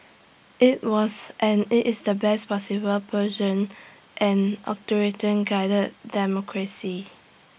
IT was and IT is the best possible version an guided democracy